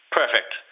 perfect